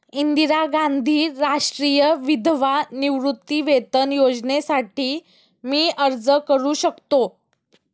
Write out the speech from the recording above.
इंदिरा गांधी राष्ट्रीय विधवा निवृत्तीवेतन योजनेसाठी मी अर्ज करू शकतो?